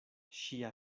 ŝia